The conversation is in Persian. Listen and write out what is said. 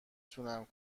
تونم